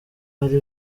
ari